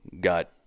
got